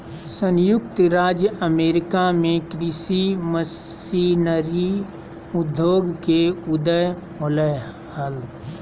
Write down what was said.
संयुक्त राज्य अमेरिका में कृषि मशीनरी उद्योग के उदय होलय हल